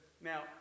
Now